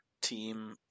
team